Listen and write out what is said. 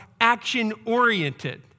action-oriented